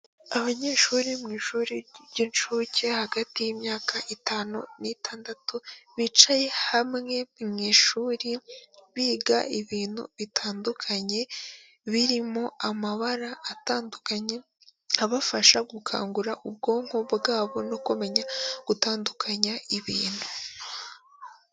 Abanyeshuri mu ishuri ry'inshuke hagati y'imyaka itanu n'itandatu, bicaye hamwe mu ishuri biga ibintu bitandukanye birimo amabara atandukanye abafasha gukangura ubwonko bwabo no kumenya gutandukanya ibintu.